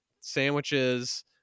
sandwiches